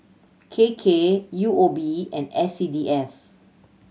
K K U O B and S C D F